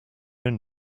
own